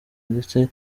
ndetse